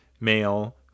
male